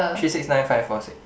three six nine five four six